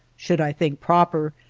should i think proper,